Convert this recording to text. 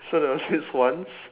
so there was this once